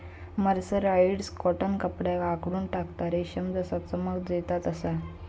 mercerised cotton कपड्याक आखडून टाकता, रेशम जसा चमक देता तसा